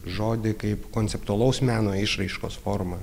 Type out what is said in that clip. žodį kaip konceptualaus meno išraiškos formą